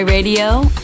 Radio